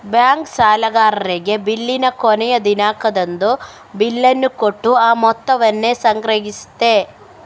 bank ಸಾಲಗಾರರಿಗೆ ಬಿಲ್ಲಿನ ಕೊನೆಯ ದಿನಾಂಕದಂದು ಬಿಲ್ಲನ್ನ ಕೊಟ್ಟು ಆ ಮೊತ್ತವನ್ನ ಸಂಗ್ರಹಿಸ್ತದೆ